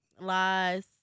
Lies